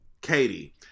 Katie